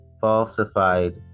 falsified